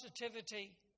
positivity